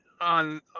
on